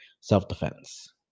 self-defense